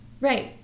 Right